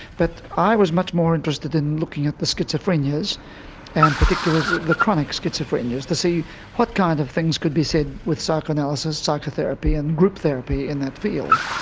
but i was much more interested in looking at the schizophrenias and particularly the chronic schizophrenias, to see what kind of things could be said with psychoanalysis, psychotherapy and group therapy in that field.